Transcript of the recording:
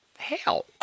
hell